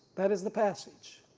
that is the passage,